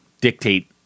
dictate